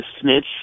snitch